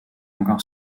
encore